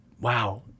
Wow